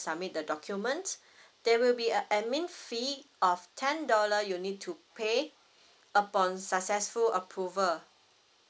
submit the documents there will be a admin fee of ten dollar you need to pay upon successful approval